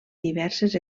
diverses